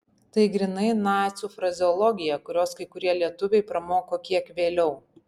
tai grynai nacių frazeologija kurios kai kurie lietuviai pramoko kiek vėliau